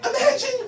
Imagine